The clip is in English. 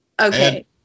okay